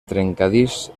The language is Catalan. trencadís